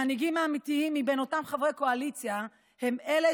המנהיגים האמיתיים מבין אותם חברי קואליציה הם אלה